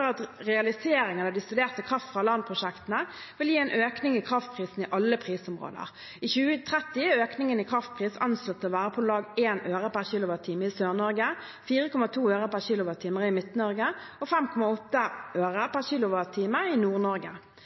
vil gi en økning i kraftprisen i alle prisområder. I 2030 er økningen i kraftpris anslått til å være på om lag 1 øre/kWh i Sør-Norge, 4,2 øre/kWh i Midt-Norge og 5,8